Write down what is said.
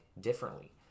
differently